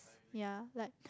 ya like